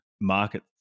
market